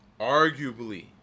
Arguably